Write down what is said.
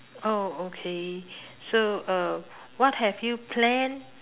oh okay so uh what have you plan